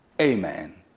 amen